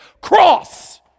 Cross